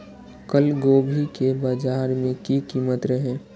कल गोभी के बाजार में की कीमत रहे?